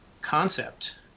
concept